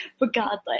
Regardless